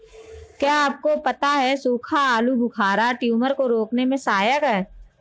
क्या आपको पता है सूखा आलूबुखारा ट्यूमर को रोकने में सहायक है?